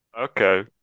Okay